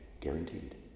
guaranteed